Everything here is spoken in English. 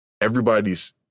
everybody's